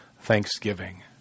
Thanksgiving